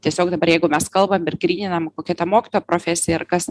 tiesiog dabar jeigu mes kalbam ir gryninam kokia ta mokytojo profesija ir kas